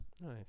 Nice